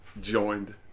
joined